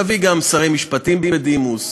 נביא גם שרי משפטים בדימוס,